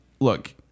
look